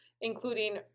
including